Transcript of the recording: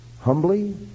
humbly